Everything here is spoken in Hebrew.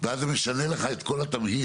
ואז זה משנה לך את כל התמהיל.